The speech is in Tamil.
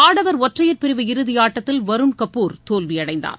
ஆடவர் ஒற்றையர் பிரிவு இறுதி ஆட்டத்தில் வருண் கபூர் தோல்வி அடைந்தார்